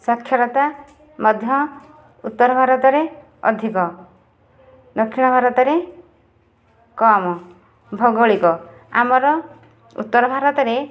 ସାକ୍ଷରତା ମଧ୍ୟ ଉତ୍ତର ଭାରତରେ ଅଧିକ ଦକ୍ଷିଣ ଭାରତରେ କମ ଭୌଗଳିକ ଆମର ଉତ୍ତର ଭାରତରେ